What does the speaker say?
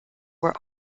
were